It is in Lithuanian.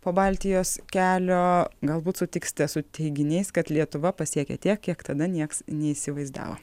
po baltijos kelio galbūt sutiksite su teiginiais kad lietuva pasiekė tiek kiek tada nieks neįsivaizdavo